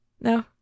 No